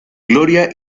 gloria